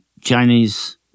Chinese